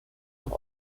nach